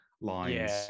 lines